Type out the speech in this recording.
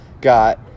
Got